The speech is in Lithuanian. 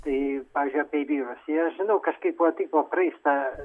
tai pavyzdžiui apie vyrus ir tai aš žinau kažkaip va taip paeis ta